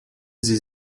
sie